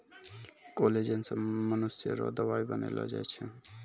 collagen से मनुष्य रो दवाई बनैलो जाय छै